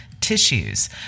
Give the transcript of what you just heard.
tissues